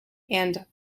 and